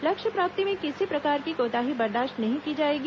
लक्ष्य प्राप्ति में किसी प्रकार की कोताही बर्दाश्त नही की जाएगी